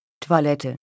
Toilette